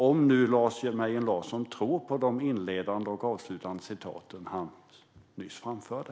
Tror Lars Mejern Larsson på de inledande och avslutande citaten som han nyss framförde?